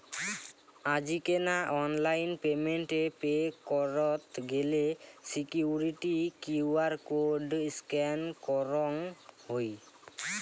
আজিকেনা online payment এ pay করত গেলে সিকুইরিটি কিউ.আর কোড স্ক্যান করঙ হই